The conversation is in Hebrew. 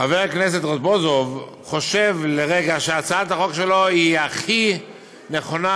חבר הכנסת רזבוזוב חושב הרגע שהצעת החוק שלו היא הכי נכונה,